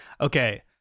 okay